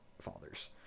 fathers